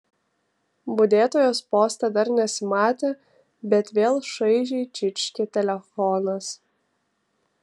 budėtojos poste dar nesimatė bet vėl šaižiai čirškė telefonas